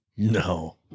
No